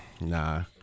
nah